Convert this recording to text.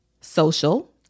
social